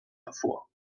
davor